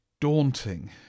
daunting